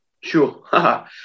Sure